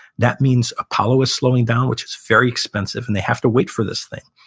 that means apollo is slowing down, which is very expensive, and they have to wait for this thing.